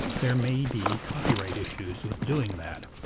there may be copyright issues with doing that.